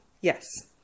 Yes